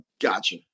Gotcha